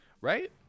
Right